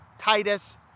Titus